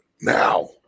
now